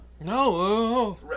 no